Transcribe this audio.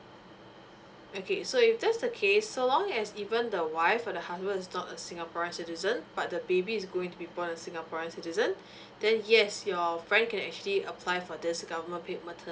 okay so if that's the case so long as even the wife or the husband is not a singaporean citizen but the baby is going to be born as a singaporeans citizen then yes your friend can actually apply for this government paid